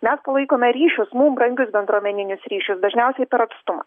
mes palaikome ryšius mum brangius bendruomeninius ryšius dažniausiai per atstumą